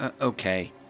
Okay